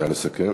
נא לסכם.